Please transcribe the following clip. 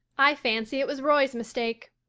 i fancy it was roy's mistake,